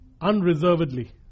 unreservedly